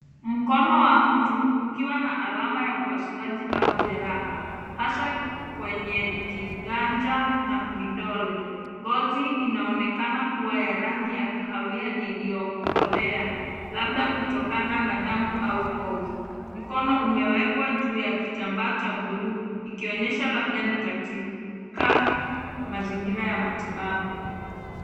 Mkono wa mtu ukiwa na alama ya upasuaji au jeraha hasa kwenye kiganja na vidole. Ngozi inaonekana kuwa ya rangi ya kahawia iliyokolea labda kutokana na damu au kovu. Mkono umewekwa juu ya kitambaa cha buluu ikionyesha labda ni katika mazingira ya matibabu.